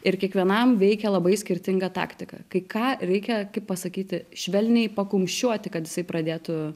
ir kiekvienam veikia labai skirtinga taktika kai ką reikia pasakyti švelniai pakumščiuoti kad jisai pradėtų